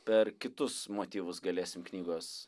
per kitus motyvus galėsim knygos